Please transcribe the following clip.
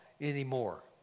anymore